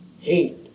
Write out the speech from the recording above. hate